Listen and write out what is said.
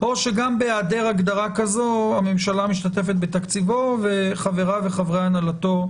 או שגם בהיעדר הגדרה זו הממשלה משתתפת בתקציבו וחבריו וחברי הנהלתו,